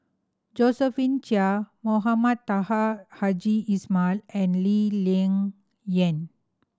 Josephine Chia Mohamed Taha Haji and Lee Ling Yen